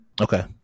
okay